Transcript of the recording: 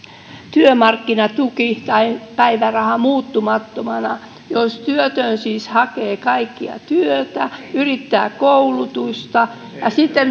työmarkkinatuki tai päiväraha muuttumattomana jos työtön siis hakee kaikkea työtä ja yrittää koulutusta sitten on